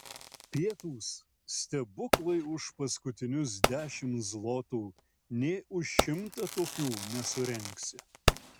pietūs stebuklai už paskutinius dešimt zlotų nė už šimtą tokių nesurengsi